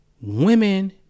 women